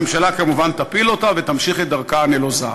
הממשלה כמובן תפיל אותה ותמשיך את דרכה הנלוזה.